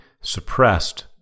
suppressed